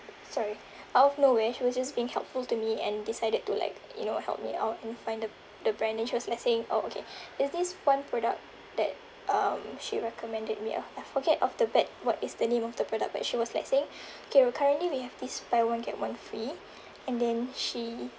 sorry out of nowhere she was just being helpful to me and decided to like you know help me out and find the the brand then she was like saying oh okay is this one product that um she recommended me ah I forget off the bat what is the name of the product but she was like saying okay we currently we have this buy one get one free and then she